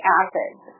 acids